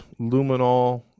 luminol